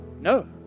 No